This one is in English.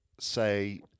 say